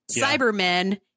Cybermen